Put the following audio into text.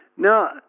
Now